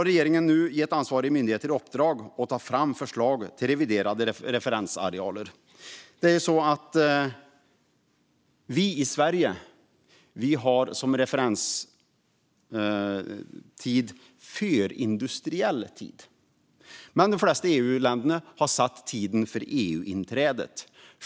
Regeringen har nu gett ansvariga myndigheter i uppdrag att ta fram förslag till reviderade referensarealer. Vi i Sverige har förindustriell tid som referenstid, medan de flesta EU-länder har satt tiden för EU-inträdet som referenstid.